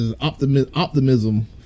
optimism